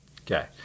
Okay